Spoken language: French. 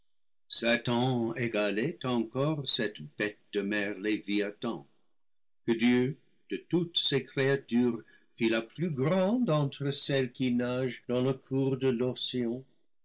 satan égalait encore cette bête de mer léviathan que dieu de toutes ses créatures fit la plus grande entre celles qui nagent dans le cours de